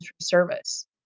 service